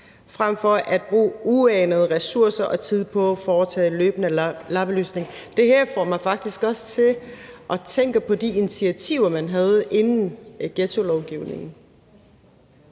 frem for at bruge uanede ressourcer og tid på at foretage løbende lappeløsninger. Det her får mig faktisk også til at tænke på de initiativer, man havde inden ghettolovgivningen.